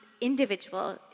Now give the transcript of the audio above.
individual